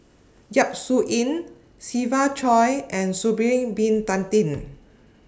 Yap Su Yin Siva Choy and Sha'Ari Bin Tadin